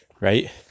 Right